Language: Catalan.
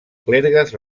clergues